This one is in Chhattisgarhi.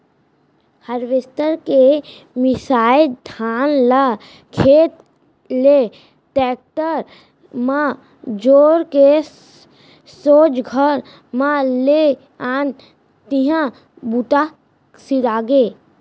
हारवेस्टर के मिंसाए धान ल खेत ले टेक्टर म जोर के सोझ घर म ले आन तिहॉं बूता सिरागे